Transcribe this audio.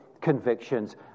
convictions